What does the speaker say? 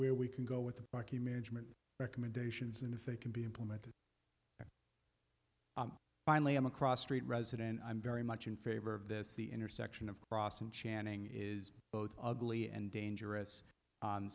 here we can go with the marquis management recommendations and if they can be implemented finally i'm across street resident i'm very much in favor of this the intersection of cross and channing is both ugly and dangerous